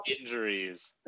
injuries